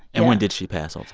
and when did she pass, ah